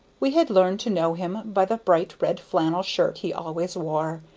we had learned to know him by the bright red flannel shirt he always wore,